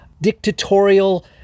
dictatorial